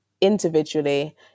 individually